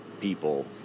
people